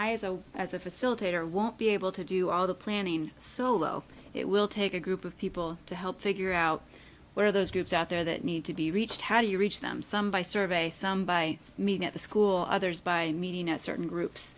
i as a as a facilitator won't be able to do all the planning so although it will take a group of people to help figure out where those groups out there that need to be reached how do you reach them some by survey some by meeting at the school others by meeting a certain groups